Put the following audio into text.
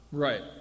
Right